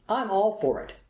i'm all for it!